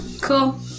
Cool